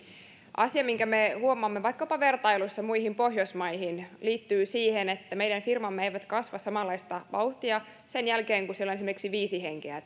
asia minkä me huomaamme vaikkapa vertailuissa muihin pohjoismaihin liittyy siihen että meidän firmamme eivät kasva samanlaista vauhtia sen jälkeen kun siellä on esimerkiksi viisi henkeä